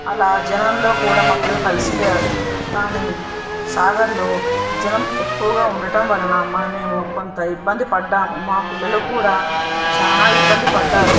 అలా జనంలో కూడా మా పిల్లలు కలిసిపోయారు కానీ సాగర్లో జనం ఎక్కువగా ఉండటం వలన మేము కొంత ఇబ్బంది పడ్డాము మా పిల్లలు కూడా చాలా ఇబ్బంది పడ్డారు